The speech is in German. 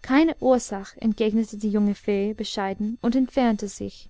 keine ursach entgegnete die junge fee bescheiden und entfernte sich